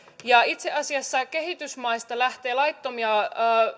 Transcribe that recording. ja itse asiassa kehitysmaista lähtee laittomia